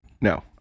No